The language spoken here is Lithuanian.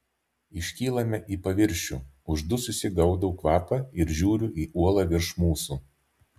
iškylame į paviršių uždususi gaudau kvapą ir žiūriu į uolą virš mūsų